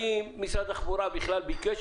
בוקר טוב לכולם,